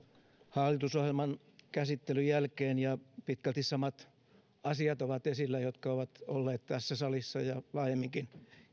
hallitusohjelman käsittelyn jälkeen ja pitkälti samat asiat ovat esillä jotka ovat olleet tässä salissa ja laajemminkin